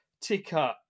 ticker